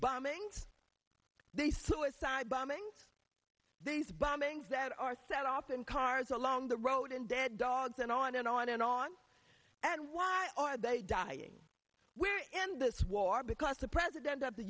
bombings the suicide bombings these bombings that are set off in cars along the road and dead dogs and on and on and on and why are they dying we're in this war because the president of the